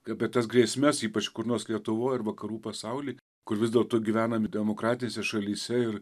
apie tas grėsmes ypač kur nors lietuvoj ar vakarų pasauly kur vis dėlto gyvenam demokratinėse šalyse ir